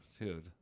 dude